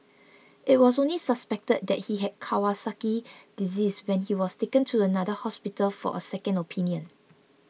it was only suspected that he had Kawasaki disease when he was taken to another hospital for a second opinion